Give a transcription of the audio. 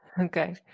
Okay